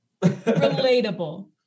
Relatable